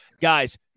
Guys